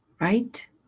Right